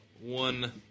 one